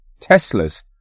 Teslas